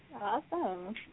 Awesome